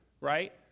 right